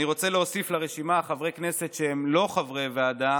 אני רוצה להוסיף לרשימה חברי כנסת שהם לא חברי ועדה,